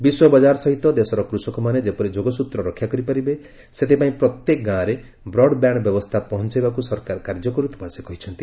ବିଶ୍ୱ ବଜାର ସହିତ ଦେଶର କୂଷକମାନେ ଯେପରି ଯୋଗସ୍ତ୍ର ରକ୍ଷା କରି ପାରିବେ ସେଥିପାଇଁ ପ୍ରତ୍ୟେକ ଗାଁରେ ବ୍ରଡ ବ୍ୟାଣ୍ଡ ବ୍ୟବସ୍ଥା ପହଞ୍ଚାଇବାକୁ ସରକାର କାର୍ଯ୍ୟ କରୁଥିବା ସେ କହିଛନ୍ତି